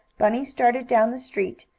bunny started down the street,